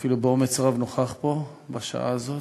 שאפילו באומץ רב נוכח פה בשעה הזאת.